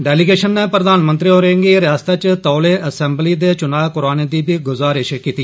delegation नै प्रधानमंत्री होरें गी रिआसता च तौले असैम्बली चुनां करोआने दी बी गुजारिश कीती